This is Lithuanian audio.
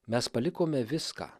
mes palikome viską